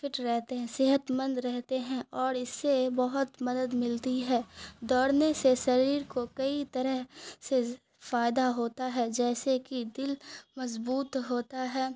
fit رہتے ہیں صحت مند رہتے ہیں اور اس سے بہت مدد ملتی ہے دوڑنے سے شریر کو کئی طرح سے فائدہ ہوتا ہے جیسے کہ دل مضبوط ہوتا ہے